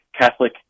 Catholic